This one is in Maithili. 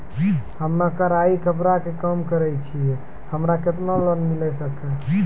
हम्मे कढ़ाई कपड़ा के काम करे छियै, हमरा केतना लोन मिले सकते?